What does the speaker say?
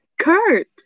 Kurt